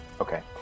Okay